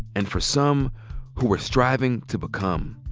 and for some who are striving to become.